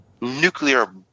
nuclear